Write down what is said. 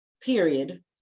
period